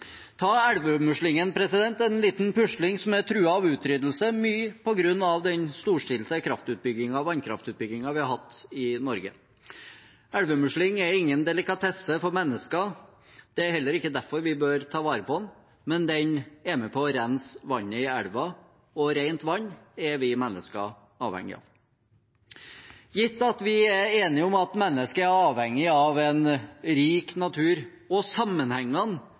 Ta elvemuslingen, en liten pusling som er truet av utryddelse, mye på grunn av den storstilte vannkraftutbyggingen vi har hatt i Norge. Elvemusling er ingen delikatesse for mennesker. Det er heller ikke derfor vi bør ta vare på den. Men den er med på å rense vannet i elven – og rent vant er vi mennesker avhengig av. Gitt at vi er enige om at mennesket er avhengig av en rik natur og sammenhengene